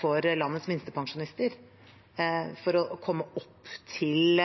for landets minstepensjonister for å komme opp til